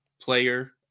player